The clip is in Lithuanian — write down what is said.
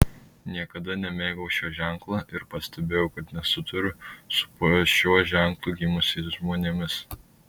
niekada nemėgau šio ženklo ir pastebėjau kad nesutariu su po šiuo ženklu gimusiais žmonėmis